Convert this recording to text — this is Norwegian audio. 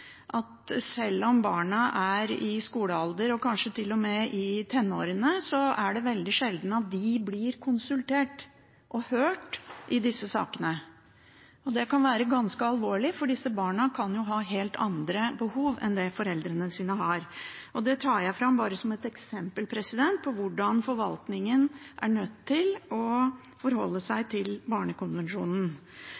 at selv om barna er i skolealder og kanskje til og med i tenårene, er det veldig sjelden at de blir konsultert og hørt i disse sakene. Det kan være ganske alvorlig, for disse barna kan ha helt andre behov enn det foreldrene har. Dette tar jeg fram bare som et eksempel på hvordan forvaltningen er nødt til å forholde seg